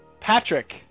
Patrick